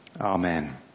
Amen